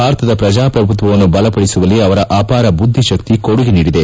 ಭಾರತದ ಪ್ರಜಾಪ್ರಭುತ್ವವನ್ನು ಬಲಪಡಿಸುವಲ್ಲಿ ಅವರ ಅಪಾರ ಬುದ್ದಿಶಕ್ತಿ ಕೊಡುಗೆ ನೀಡಿದೆ